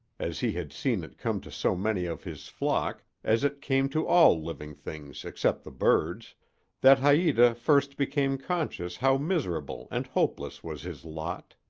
as he had seen it come to so many of his flock as it came to all living things except the birds that haita first became conscious how miserable and hopeless was his lot.